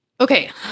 okay